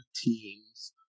teams